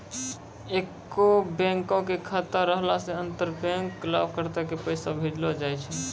एक्के बैंको के खाता रहला से अंतर बैंक लाभार्थी के पैसा भेजै सकै छै